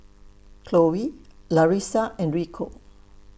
Cloe Larissa and Rico